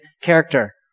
character